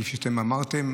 כפי שאתם אמרתם,